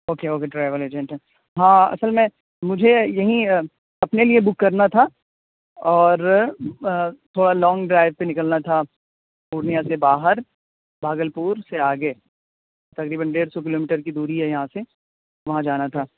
okay okay travel agent ہیں ہاں اصل میں مجھے یہیں اپنے لیے بک کرنا تھا اور تھوڑا لانگ ڈرائیو پہ نکلنا تھا پورنیہ سے باہر بھاگلپور سے آگے تقریباً ڈیڑھ سو کلو میٹر کی دوری ہے یہاں سے وہاں جانا تھا